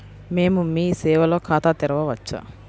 మేము మీ సేవలో ఖాతా తెరవవచ్చా?